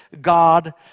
God